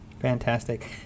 Fantastic